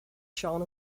sean